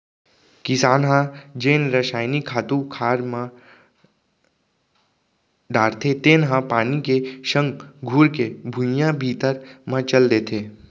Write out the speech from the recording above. किसान ह जेन रसायनिक खातू खार म डारथे तेन ह पानी के संग घुरके भुइयां भीतरी म चल देथे